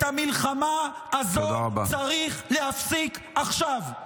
את המלחמה הזו צריך להפסיק עכשיו,